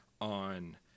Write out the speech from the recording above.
on